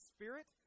Spirit